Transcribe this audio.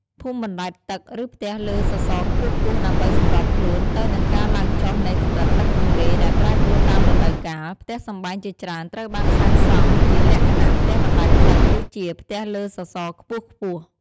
ភូមិបណ្ដែតទឹក ឬផ្ទះលើសសរខ្ពស់ៗ ដើម្បីសម្របខ្លួនទៅនឹងការឡើងចុះនៃកម្រិតទឹកទន្លេដែលប្រែប្រួលតាមរដូវកាល ផ្ទះសម្បែងជាច្រើនត្រូវបានសាងសង់ជាលក្ខណៈ ផ្ទះបណ្ដែតទឹក ឬជា ផ្ទះលើសសរខ្ពស់ៗ។